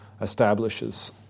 establishes